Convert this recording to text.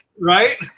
Right